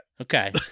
Okay